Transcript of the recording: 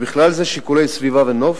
ובכלל זה שיקולי סביבה ונוף,